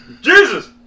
Jesus